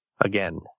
again